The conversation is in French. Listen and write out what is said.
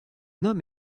homme